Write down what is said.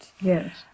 Yes